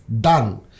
Done